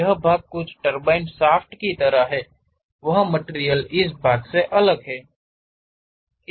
यह भाग कुछ टरबाइन शाफ्ट की तरह है वह मटिरियल इस भाग से अलग है